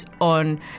on